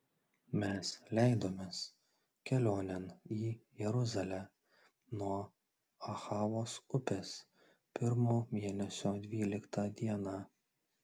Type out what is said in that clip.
mes leidomės kelionėn į jeruzalę nuo ahavos upės pirmo mėnesio dvyliktą dieną